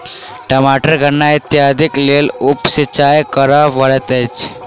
टमाटर गन्ना इत्यादिक लेल उप सिचाई करअ पड़ैत अछि